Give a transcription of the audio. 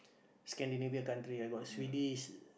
Scandinavian countries I got Swedish